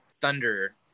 thunder